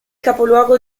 capoluogo